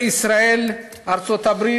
גליק, גליק, אני מבקש, אדוני,